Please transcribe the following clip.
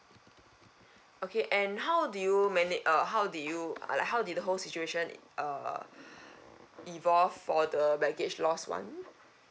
okay and how did you manag~ uh how did you uh like how did the whole situation uh evolved for the baggage loss [one]